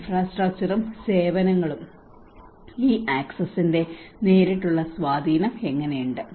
ഇൻഫ്രാസ്ട്രക്ചറും സേവനങ്ങളും ഈ ആക്സസിന്റെ നേരിട്ടുള്ള സ്വാധീനം എങ്ങനെയുണ്ട്